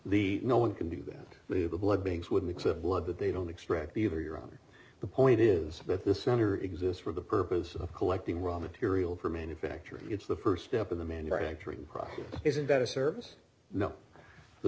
the no one can do that but it was blood beings wouldn't accept blood that they don't extract either you're on the point is that this center exists for the purpose of collecting raw material for manufacturing it's the st step in the manufacturing process isn't that a service no the